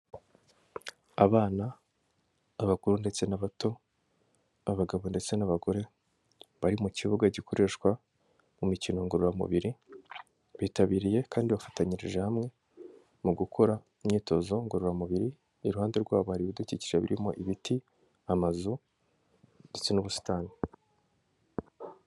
Abana, abakuru, ndetse n'abato, abagabo, ndetse n'abagore bari mu kibuga gikoreshwa mu mikino ngororamubiri. Bitabiriye kandi bafatanyirije hamwe mu gukora imyitozo ngororamubiri, iruhande rwabo hari ibidukikije birimo ibiti, amazu, ndetse n'ubusitani.